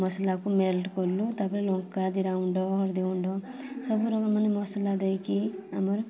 ମସଲାକୁ ମେଲ୍ଟ କଲୁ ତା'ପରେ ଲଙ୍କା ଜିରା ଗୁଣ୍ଡ ହଳଦୀ ଗୁଣ୍ଡ ସବୁ ରକମ ମାନେ ମସଲା ଦେଇକି ଆମର